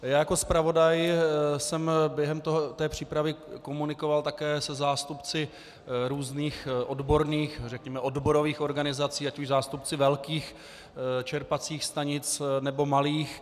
Jako zpravodaj jsem během té přípravy komunikoval také se zástupci různých odborných, řekněme odborových organizací, ať už zástupci velkých čerpacích stanic, nebo malých.